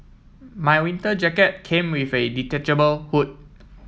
my winter jacket came with a detachable hood